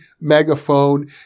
megaphone